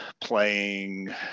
playing